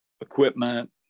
equipment